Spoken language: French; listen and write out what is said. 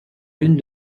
lune